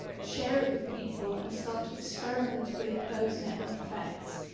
share it with people and start to experiment with those network effects.